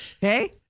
hey